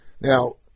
Now